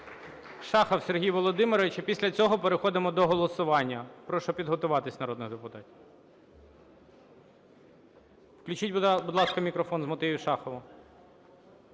Дякую.